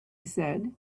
said